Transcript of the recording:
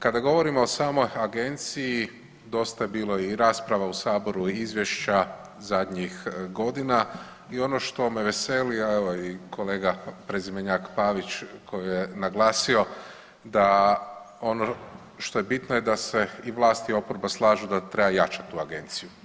Kada govorimo o samoj agenciji dosta je bilo i rasprava u Saboru i izvješća zadnjih godina i ono što me veseli, a evo i kolega prezimenjak Pavić koji je naglasio da je ono što je bitno da se i vlast i oporba slažu da treba jačat tu agenciju.